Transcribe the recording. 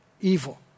evil